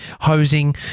hosing